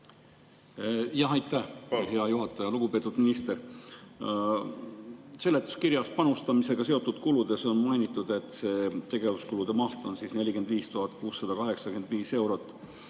on? Aitäh, hea juhataja! Lugupeetud minister! Seletuskirjas on panustamisega seotud kulude kohta mainitud, et tegevuskulude maht on 45 685 eurot.